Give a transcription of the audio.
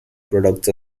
products